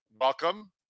Welcome